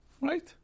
Right